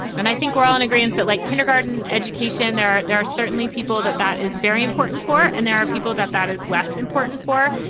and i think we're all in agreement that like kindergarten education there, there are certainly people that that is very important for and there are people that that is less important for.